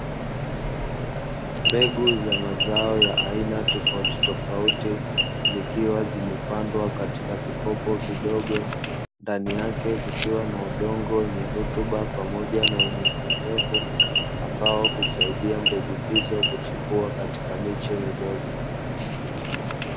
Mbegu za mazao ya aina tofauti tofauti zikiwa zimepandwa katika vikopo vidogo, ndani yake kukiwa na udongo wenye rutuba pamoja na unyevunyevu ambao husaidia mbegu hizo kuchipua katika miche midogo.